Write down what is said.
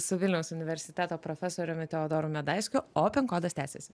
su vilniaus universiteto profesoriumi teodoru medaiskiu o pin kodas tęsiasi